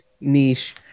niche